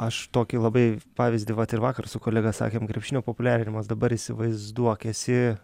aš tokį labai pavyzdį vat ir vakar su kolega sakėm krepšinio populiarinimas dabar įsivaizduok esi